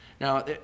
Now